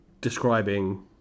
describing